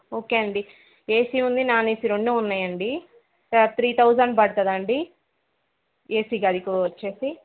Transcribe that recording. okay అండి AC ఉంది non AC రెండు ఉన్నాయండి త్రీ థౌసండ్ పడుతుంది అండి ఏసీ గదికి వచ్చి